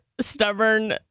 stubborn